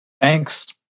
Thanks